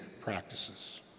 practices